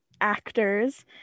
actors